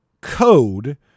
code